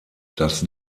das